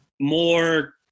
more